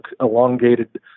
elongated